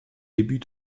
début